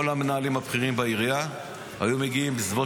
כל המנהלים הבכירים בעירייה היו מגיעים בסביבות